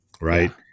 right